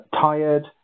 tired